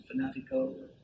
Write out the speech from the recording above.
fanatical